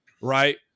right